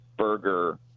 Burger